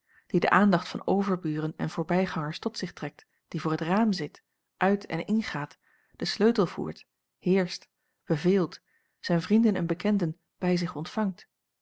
die de aandacht van overburen en voorbijgangers tot zich trekt die voor het raam zit uit en ingaat den sleutel voert heerscht beveelt zijn vrienden en bekenden bij zich ontvangt